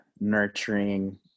nurturing